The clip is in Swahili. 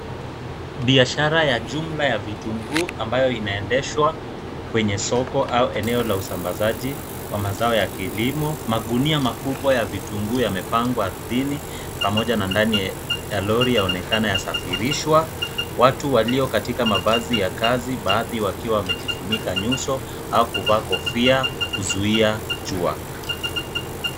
Biashara ya jumla ya vitunguu ambayo inaendeshwa kwenye soko au eneo la usambazaji wa mazao ya kilimo. Magunia makubwa ya vitunguu yamepangwa ardhini pamoja na ndani ya lori yaonekana yasafirishwa. Watu walio katika mavazi ya kazi, baadhi wakiwa wamejifunika nyuso au kuvaa kofia kuzuia jua.